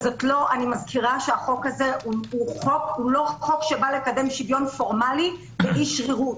אני מזכירה שהחוק הזה לא בא לקדם שוויון פורמלי ואי שרירות,